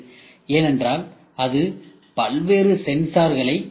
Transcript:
ஏனென்றால் அது பல்வேறு சென்சார்களை கொண்டது